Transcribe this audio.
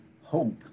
hope